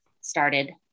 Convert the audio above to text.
started